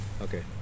okay